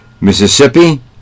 Mississippi